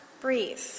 breathe